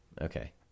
Okay